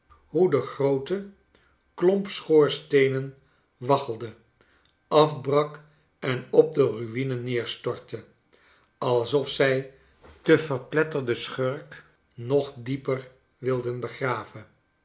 hoe de groote klomp schoorsteenen waggelde afbrak en op de rui'ne neerstortte alsof zij den verpletterden schurk nog dieper wilden begraven